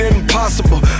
impossible